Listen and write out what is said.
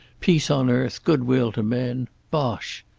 peace on earth, goodwill to men. bosh.